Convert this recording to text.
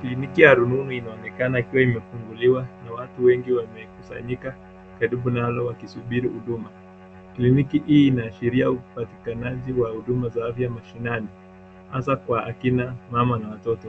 Kliniki ya rununu inaonekana ikiwa imefunguliwa na watu wengi wamekusanyika karibu nalo wakisubiri huduma. Kliniki hii inaashiria upatikanaji wa huduma za afya mashinani hasa kwa akina mama na watoto,